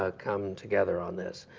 ah come together on this?